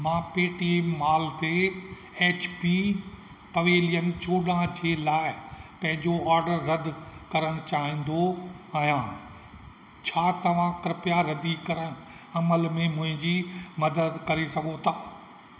मां Paytm mall ते H P pavilion चोॾहं जे लाइ पंहिंजो ऑर्डर रद्द करणु चाहिंदो आहियां छा तव्हां कृपया रद्दीकरण अमलि में मुंहिंजी मदद करे सघो था